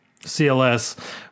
CLS